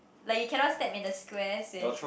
like you cannot step in the squares if